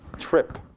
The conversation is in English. trip.